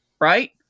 right